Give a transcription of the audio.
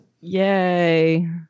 Yay